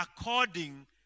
according